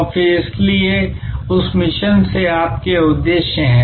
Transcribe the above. और फिर इसलिए उस मिशन से आपके उद्देश्य हैं